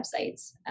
websites